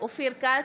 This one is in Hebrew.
אופיר כץ,